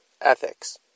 Ethics